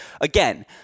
again